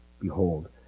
behold